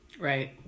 Right